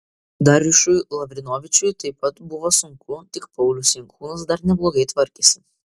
darjušui lavrinovičiui taip pat buvo sunku tik paulius jankūnas dar neblogai tvarkėsi